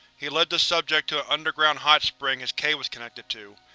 he led the subject to an underground hot spring his cave was connected to.